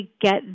get